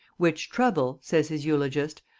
which trouble, says his eulogist,